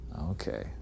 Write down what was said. Okay